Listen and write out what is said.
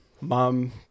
Mom